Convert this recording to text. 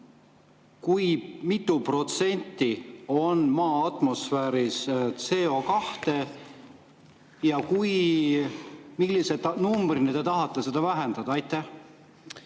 kui mitu protsenti on Maa atmosfääris CO2ja millise numbrini te tahate seda vähendada? Aitäh,